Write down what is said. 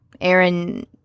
Aaron